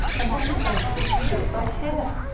and what on earth does she do about hair?